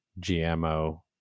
GMO